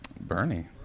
Bernie